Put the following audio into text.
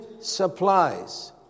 supplies